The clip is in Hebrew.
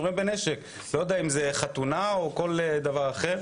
אם זה חתונה או כל דבר אחר.